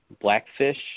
Blackfish